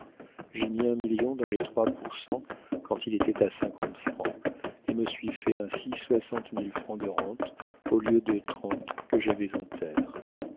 j'ai mis un million dans le trois pour cent quand il était à cinquante francs et me suis fait ainsi soixante mille francs de rentes au lieu de trente que j'avais en terres